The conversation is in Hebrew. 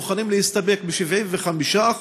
הם מוכנים להסתפק ב-75%,